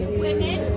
women